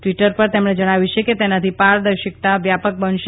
Twitter પર તેમણે જજ્ઞાવ્યું કે તેનાથી પારદર્શકતા વ્યાપક બનશે